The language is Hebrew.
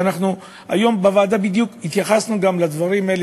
ואנחנו התייחסנו היום בוועדה בדיוק גם לדברים האלה,